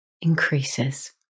increases